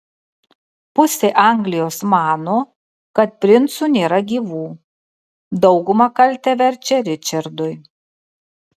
pusė anglijos mano kad princų nėra gyvų dauguma kaltę verčia ričardui